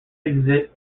exits